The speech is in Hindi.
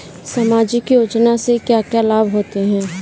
सामाजिक योजना से क्या क्या लाभ होते हैं?